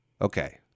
Okay